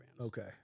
okay